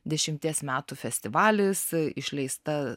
dešimties metų festivalis išleista